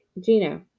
Gino